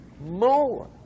more